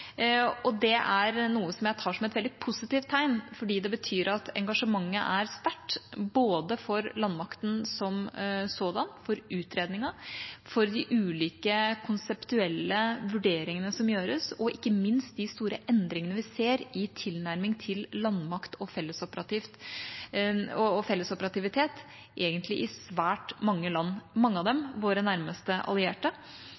Det er noe som jeg tar som et veldig positivt tegn, for det betyr at engasjementet er sterkt både for landmakten som sådan, for utredningen, for de ulike konseptuelle vurderingene som gjøres, og ikke minst for de store endringene vi ser i tilnærmingen til landmakt og fellesoperativitet, egentlig i svært mange land, mange av